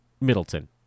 Middleton